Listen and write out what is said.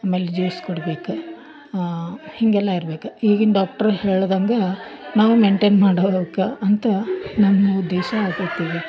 ಆಮೇಲೆ ಜ್ಯೂಸ್ ಕುಡಿಬೇಕು ಹೀಗೆಲ್ಲ ಇರ್ಬೇಕು ಈಗಿನ ಡಾಕ್ಟ್ರು ಹೇಳಿದಂಗೆ ನಾವು ಮೇಂಟೆನ್ ಮಾಡೋಕ್ಕ ಅಂತ ನಮ್ಮ ಉದ್ದೇಶ ಆಗೈತಿ